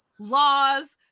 laws